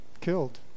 killed